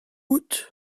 out